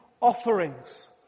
offerings